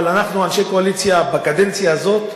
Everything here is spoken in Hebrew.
אבל אנחנו, אנשי הקואליציה, בקדנציה הזאת,